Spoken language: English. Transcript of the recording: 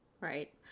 Right